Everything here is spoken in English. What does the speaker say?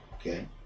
okay